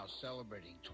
celebrating